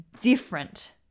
different